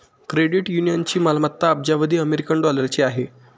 credit युनियनची मालमत्ता अब्जावधी अमेरिकन डॉलरची आहे